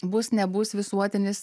bus nebus visuotinis